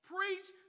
Preach